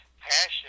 Passion